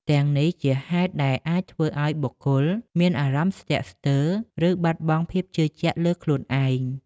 ទាំងនេះជាហេតុដែលអាចធ្វើឱ្យបុគ្គលមានអារម្មណ៍ស្ទាក់ស្ទើរ ឬបាត់បង់ភាពជឿជាក់លើខ្លួនឯង។